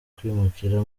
kwimukira